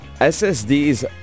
SSDs